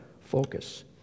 focus